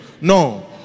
no